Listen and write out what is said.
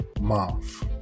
month